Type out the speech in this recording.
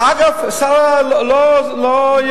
אגב, הסל לא ירד.